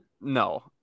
No